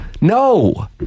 No